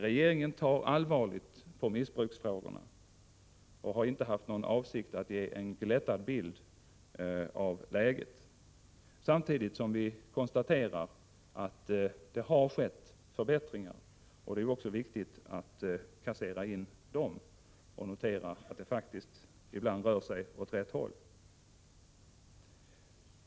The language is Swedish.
Regeringen tar allvarligt på missbruksfrågorna och har inte haft för avsikt attt ge en glättad bild av läget. Samtidigt konstaterar vi att det har skett förbättringar — det är viktigt att också kassera in dem och notera att det ibland faktiskt rör sig åt rätt håll.